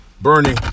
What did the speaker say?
Bernie